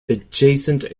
adjacent